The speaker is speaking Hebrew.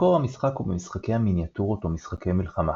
מקור המשחק הוא במשחקי המיניאטורות או משחקי מלחמה.